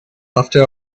after